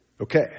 Okay